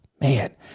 Man